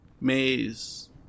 Maze